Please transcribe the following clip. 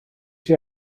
sydd